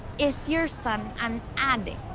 is your son an addict?